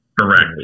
Correct